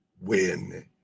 win